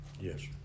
Yes